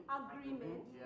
agreement